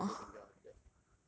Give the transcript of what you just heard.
know evan hui ting they all they just